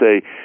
say